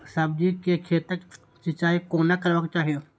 सब्जी के खेतक सिंचाई कोना करबाक चाहि?